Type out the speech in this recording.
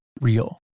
real